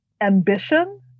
ambition